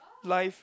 life